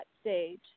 stage